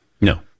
No